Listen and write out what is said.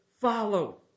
follow